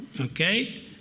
Okay